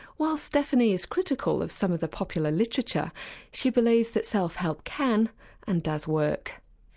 while stephanie is critical of some of the popular literature she believes that self-help can and does work.